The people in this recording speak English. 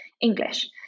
English